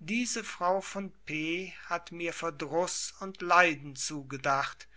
diese frau von p hat mir verdruß und leiden zugedacht